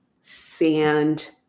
sand